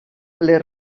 les